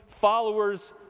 followers